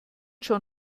schon